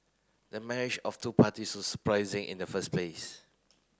the marriage of two parties was surprising in the first place